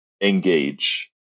engage